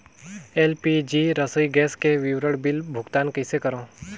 LPG रसोई gas के विवरण बिल भुगतान कइसे करों?